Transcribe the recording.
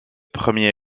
premier